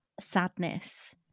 sadness